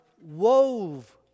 wove